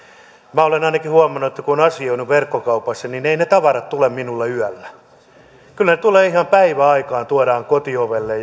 minä olen ainakin huomannut kun olen asioinut verkkokaupassa että eivät ne tavarat tule minulle yöllä kyllä ne tulevat ihan päiväaikaan tuodaan kotiovelle